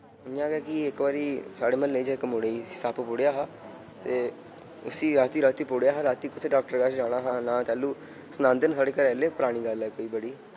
इ'यां गै की इक बारी साढ़े म्हल्ले च इक मुड़े गी सप्प पुढ़ेआ हा ते उस्सी अद्दी राती पुढ़ेआ हा राती कुत्थै डाक्टर कच्छ जाना हा ना तैलु सनांदे न साढ़े घरै आह्ले परानी गल्ल ऐ कोई बड़ी